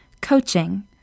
coaching